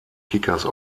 kickers